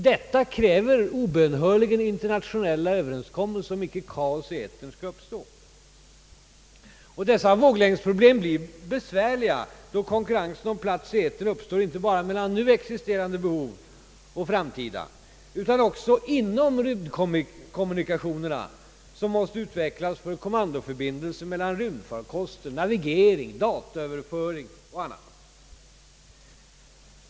Detta kräver obönhörligen internationella överenskommelser om icke kaos i etern skall uppstå. Dessa våglängdsproblem blir besvärliga då konkurrens om plats i etern uppstår inte bara mellan nu existerande behov och framtida utan också inom rymdkommunikationerna, som måste utvecklas för kommandoförbindelser mellan rymdfarkoster, navigering, dataöverföring och annat.